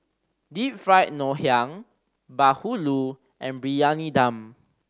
Deep Fried Ngoh Hiang bahulu and Briyani Dum